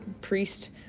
priest